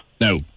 No